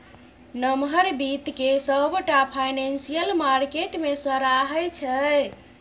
नमहर बित्त केँ सबटा फाइनेंशियल मार्केट मे सराहै छै